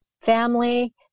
family